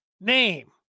name